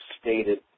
stated